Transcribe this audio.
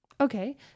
okay